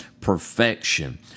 perfection